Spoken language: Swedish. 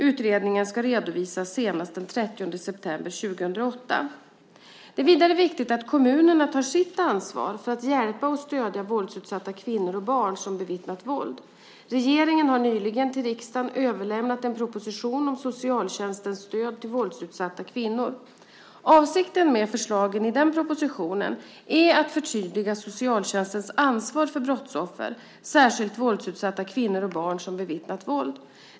Utredningen ska redovisas senast den 30 september 2008. Det är vidare viktigt att kommunerna tar sitt ansvar för att hjälpa och stödja våldsutsatta kvinnor och barn som bevittnat våld. Regeringen har nyligen till riksdagen överlämnat en proposition om socialtjänstens stöd till våldsutsatta kvinnor. Avsikten med förslagen i propositionen är att förtydliga socialtjänstens ansvar för brottsoffer, särskilt våldsutsatta kvinnor och barn som bevittnat våld.